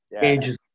Ages